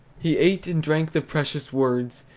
he ate and drank the precious words,